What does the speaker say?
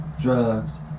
Drugs